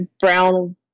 brown